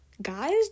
Guys